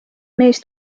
mees